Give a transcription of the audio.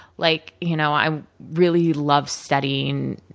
like you know i really love studying